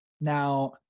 now